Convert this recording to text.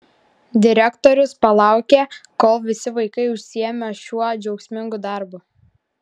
direktorius palaukė kol visi vaikai užsiėmė šiuo džiaugsmingu darbu